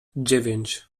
dziewięć